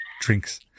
drinks